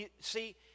see